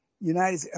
United